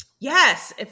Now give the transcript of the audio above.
Yes